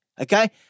Okay